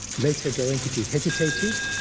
later, goenkaji hesitated,